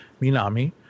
Minami